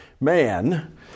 man